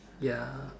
ya